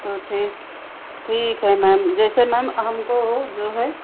तो ठीक ठीक है मैम जैसे मैम हमको जो है